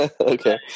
okay